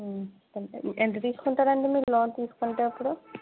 ఎంత తీసుకుంటారండి మీరు లోన్ తీసుకుంటే అప్పుడు